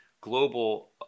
global